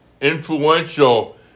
influential